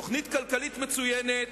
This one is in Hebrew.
תוכנית כלכלית מצוינת,